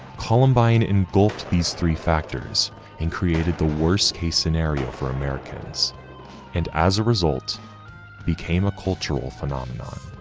columbine engulfed these three factors and created the worst case scenario for americans and as a result became a cultural phenomenon.